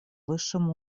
высшем